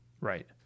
Right